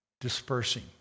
dispersing